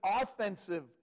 offensive